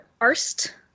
Arst